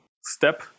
step